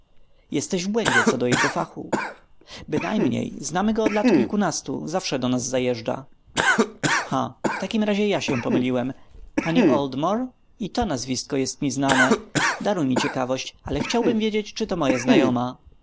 jesteś w błędzie co do jego fachu bynajmniej znamy go od lat kilkunastu zawsze do nas zajeżdża ha w takim razie ja się pomyliłem pani oldmore i to nazwisko jest mi znane daruj mi ciekawość ale chciałbym wiedzieć czy to moja znajoma